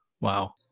Wow